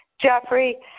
Jeffrey